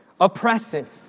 oppressive